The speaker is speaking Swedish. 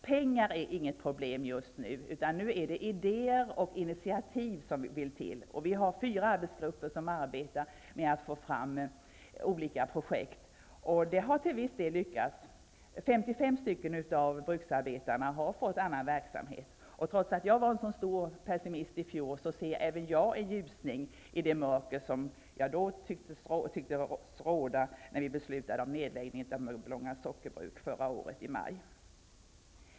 Pengar är inte något problem just nu, utan det är idéer och initiativ som vill till. Fyra arbetsgrupper arbetar med att få fram olika projekt, och de har till viss del lyckats. 55 av bruksarbetarna har kommit i annan verksamhet. Trots att jag var en så stor pessimist när vi beslutade om nedläggningen av Mörbylånga sockerbruk i maj i fjol, ser jag nu en ljusning i det mörker som då tycktes råda.